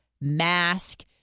mask